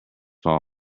fall